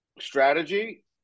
Strategy